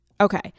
Okay